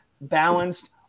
balanced